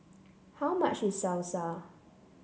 how much is Salsa